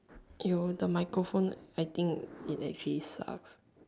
yo the microphone acting it actually sucks